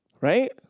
Right